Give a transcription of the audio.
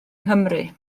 nghymru